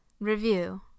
review